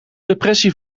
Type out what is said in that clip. depressie